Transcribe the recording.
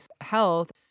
health